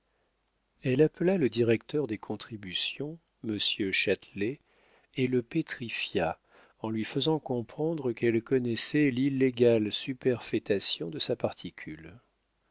elle appela le directeur des contributions monsieur châtelet et le pétrifia en lui faisant comprendre qu'elle connaissait l'illégale superfétation de sa particule